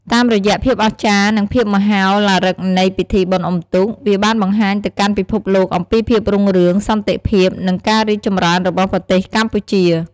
តាមរយៈភាពអស្ចារ្យ និងភាពមហោឡារឹកនៃពិធីបុណ្យអុំទូក វាបានបង្ហាញទៅកាន់ពិភពលោកអំពីភាពរុងរឿង សន្តិភាព និងការរីកចម្រើនរបស់ប្រទេសកម្ពុជា។